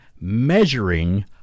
measuring